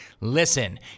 listen